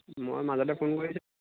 মই মাজতে ফোন কৰিছোঁ